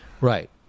Right